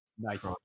Nice